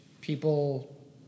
people